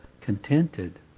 contented